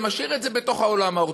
זה משאיר את זה בתוך העולם האורתודוקסי,